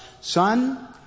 Son